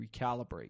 recalibrate